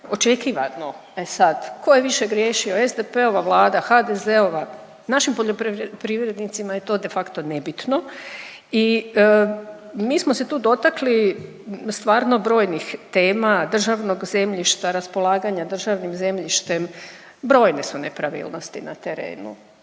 očekivano. E sad, ko je više griješio, SDP-ova Vlada, HDZ-ova, našim poljoprivrednicima je to de facto nebitno i mi smo se tu dotakli stvarno brojnih tema državnog zemljišta, raspolaganja državnim zemljištem, brojne su nepravilnosti na terenu.